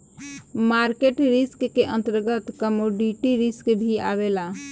market risk के अंतर्गत commodity risk भी आवेला